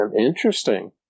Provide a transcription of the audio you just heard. interesting